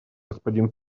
господин